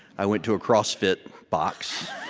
i went to a crossfit box